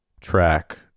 track